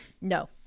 No